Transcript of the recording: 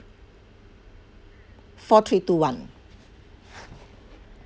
four three two one